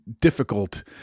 difficult